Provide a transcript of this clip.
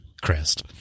Crest